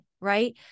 Right